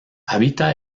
habita